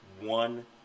one